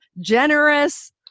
generous